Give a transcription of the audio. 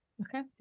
Okay